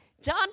John